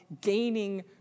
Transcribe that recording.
gaining